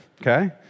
okay